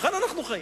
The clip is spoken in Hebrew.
היכן אנו חיים?